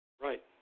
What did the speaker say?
right